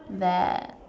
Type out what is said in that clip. that